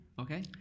Okay